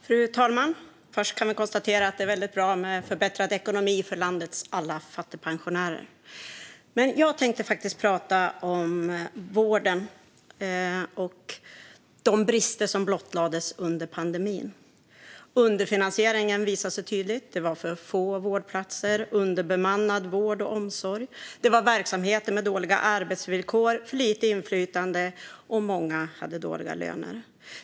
Fru talman! Först kan jag konstatera att det är väldigt bra med förbättrad ekonomi för landets alla fattigpensionärer. Men jag tänkte faktiskt prata om vården och de brister som blottlades under pandemin. Underfinansieringen visade sig tydligt. Det var för få vårdplatser, underbemannad vård och omsorg, verksamheter med dåliga arbetsvillkor och för lite inflytande, och många hade dåliga löner.